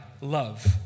love